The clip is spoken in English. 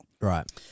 Right